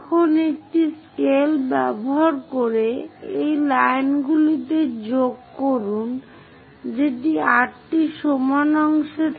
এখন একটি স্কেল ব্যবহার করে এই লাইনগুলিতে যোগ করুন 8 সমান অংশে